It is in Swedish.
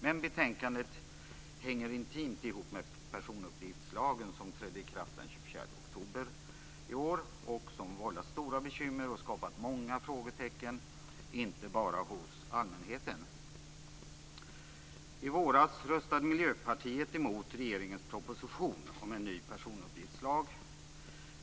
Men betänkandet hänger intimt ihop med personuppgiftslagen, som trädde i kraft den 24 oktober i år, och som vållar stora bekymmer och har skapat många frågetecken inte bara hos allmänheten. I våras röstade Miljöpartiet emot regeringens proposition om en ny personuppgiftslag.